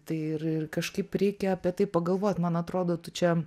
tai ir ir kažkaip reikia apie tai pagalvot man atrodo tu čia